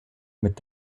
mit